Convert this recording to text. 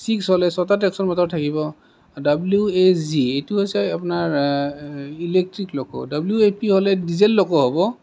six হ'লে ছটা টেকছন মটৰ থাকিব ডাব্লিও এ জি এইটো হৈছে আপোনাৰ electric loco W A P হ'লে ডিজেল লক' হ'ব